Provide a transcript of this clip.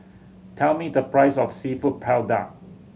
tell me the price of Seafood Paella